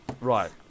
right